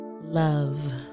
love